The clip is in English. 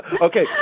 Okay